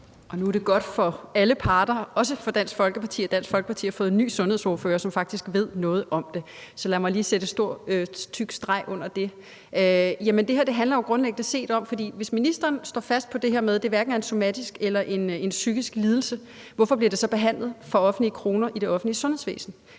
Nu er det godt for alle parter, også for Dansk Folkeparti, at Dansk Folkeparti har fået en ny sundhedsordfører, som faktisk ved noget om det. Så lad mig lige sætte en stor tyk streg under det. Hvis ministeren står fast på det her med, at det hverken er en somatisk eller en psykisk lidelse, hvorfor bliver det så behandlet for offentlige kroner i det offentlige sundhedsvæsen?